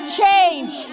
change